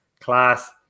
class